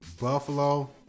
Buffalo